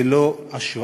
זו לא השוואה,